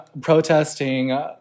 protesting